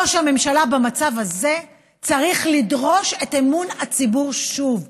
ראש הממשלה במצב הזה צריך לדרוש את אמון הציבור שוב.